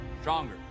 stronger